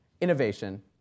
innovation